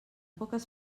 poques